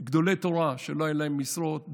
גדולי תורה שלא היו להם משרות,